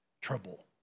trouble